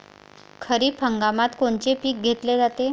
खरिप हंगामात कोनचे पिकं घेतले जाते?